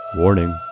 warning